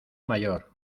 mayor